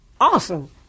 awesome